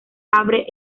abre